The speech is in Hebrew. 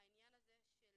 העניין הזה של